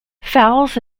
fouls